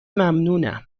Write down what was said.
ممنونم